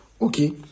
Okay